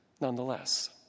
nonetheless